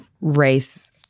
race